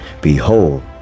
Behold